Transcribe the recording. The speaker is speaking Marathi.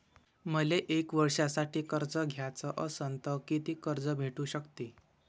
मले एक वर्षासाठी कर्ज घ्याचं असनं त कितीक कर्ज भेटू शकते?